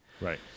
Right